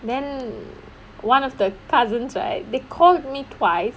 then one of the cousins right they called me twice